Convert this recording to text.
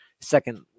second